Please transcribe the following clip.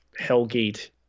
hellgate